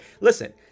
Listen